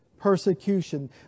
persecution